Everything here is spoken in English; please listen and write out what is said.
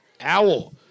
Owl